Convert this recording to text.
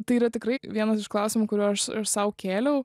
tai yra tikrai vienas iš klausimų kuriuo aš sau kėliau